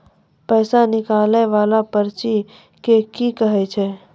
पैसा निकाले वाला पर्ची के की कहै छै?